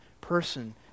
person